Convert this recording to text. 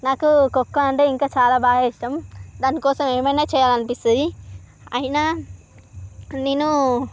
నాకు ఖోఖో అంటే ఇంకా చాలా బాగా ఇష్టం దాని కోసం ఏమైనా చేయాలి అనిపిస్తుంది అయినా నేను